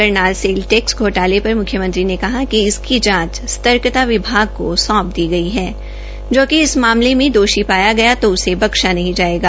Karnal sale tax घोटाले पर मुख्यमंत्री ने कहा कि इसकी जांच सर्तकता विभाग को सौंप दी गई है जो भी इस मामले में दोषी पाया गया उसे बक्शा नहीं जायेगा